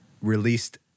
released